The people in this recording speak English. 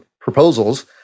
proposals